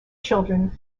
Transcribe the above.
children